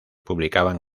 publicaban